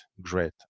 great